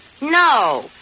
No